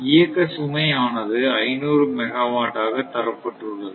இயக்க சுமை ஆனது 500 மெகாவாட் ஆக தரப்பட்டுள்ளது